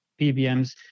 PBMs